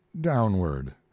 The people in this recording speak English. downward